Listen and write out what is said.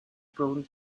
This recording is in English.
prone